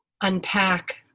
unpack